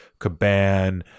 Caban